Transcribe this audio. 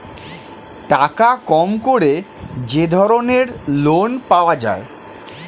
টাকা কম করে যে ধরনের লোন পাওয়া যায়